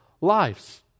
lives